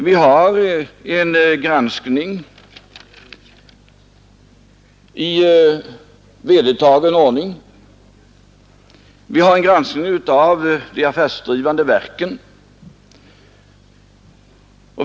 Vi har en granskning i vedertagen ordning av bl.a. de affärsdrivande verken.